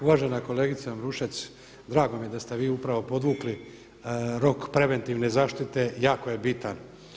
Uvažena kolegice Ambrušec, drago mi je da ste vi upravo podvukli rok preventivne zaštite jako je bitan.